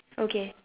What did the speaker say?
okay